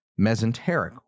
mesenteric